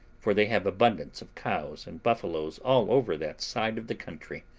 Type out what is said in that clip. for they have abundance of cows and buffaloes all over that side of the country,